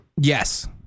Yes